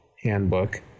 handbook